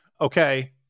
Okay